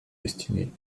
destinés